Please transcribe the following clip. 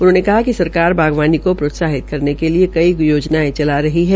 उन्होंने कहा कि सरकार बागवानी को प्रोत्साहित करने के लिए कई योजनायें चला रही है